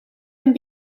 een